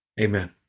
Amen